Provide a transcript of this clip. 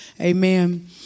Amen